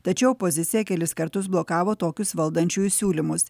tačiau opozicija kelis kartus blokavo tokius valdančiųjų siūlymus